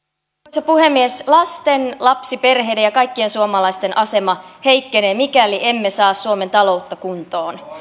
arvoisa puhemies lasten lapsiperheiden ja kaikkien suomalaisten asema heikkenee mikäli emme saa suomen taloutta kuntoon